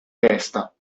testa